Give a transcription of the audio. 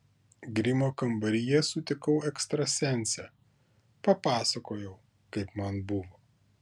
grimo kambaryje sutikau ekstrasensę papasakojau kaip man buvo